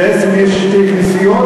בעצם יש שתי כנסיות,